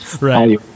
right